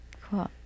Cool